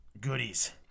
goodies